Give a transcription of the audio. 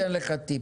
אני אתן לך טיפ.